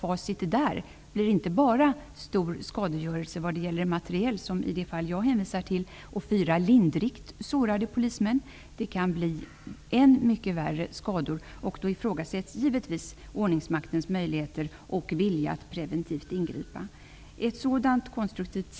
Facit efter den demonstrationen riskerar att bli än mycket värre än stor materiell skadegörelse och fyra lindrigt sårade polismän, som var resultatet av det fall som jag hänvisar till. Då kommer i så fall ordningsmaktens möjligheter och vilja att preventivt ingripa givetvis att ifrågasättas.